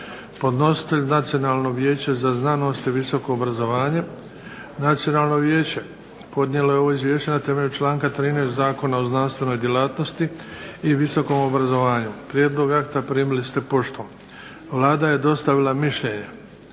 Podnositelj je Nacionalno vijeće za znanost i visoko obrazovanje. Nacionalno vijeće podnijelo je ovo izvješće na temelju članka 13. Zakona o znanstvenoj djelatnosti i visokom obrazovanju. Prijedlog akta primili ste poštom. Vlada je dostavila mišljenje.